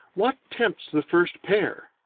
what tempts the first pair?